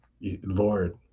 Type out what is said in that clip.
Lord